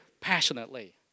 passionately